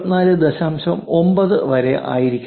9 വരെ ആയിരിക്കണം